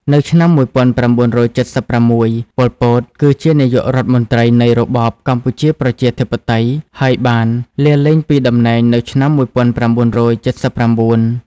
នៅឆ្នាំ១៩៧៦ ប៉ុល ពត គឺជានាយករដ្ឋមន្រ្តីនៃរបបកម្ពុជាប្រជាធិបតេយ្យ ហើយបានលាលែងពីតំណែងនៅឆ្នាំ១៩៧៩។